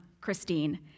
Christine